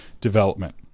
development